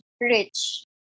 rich